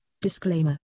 Disclaimer